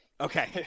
Okay